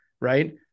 right